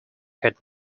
had